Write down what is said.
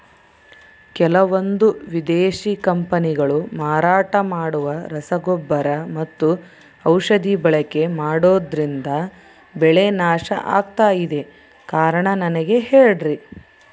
ಕೆಲವಂದು ವಿದೇಶಿ ಕಂಪನಿಗಳು ಮಾರಾಟ ಮಾಡುವ ರಸಗೊಬ್ಬರ ಮತ್ತು ಔಷಧಿ ಬಳಕೆ ಮಾಡೋದ್ರಿಂದ ಬೆಳೆ ನಾಶ ಆಗ್ತಾಇದೆ? ಕಾರಣ ನನಗೆ ಹೇಳ್ರಿ?